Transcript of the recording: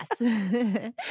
Yes